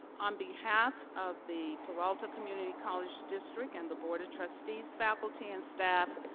on behalf of the peralta community college district and the board of trustees, faculty, and staff,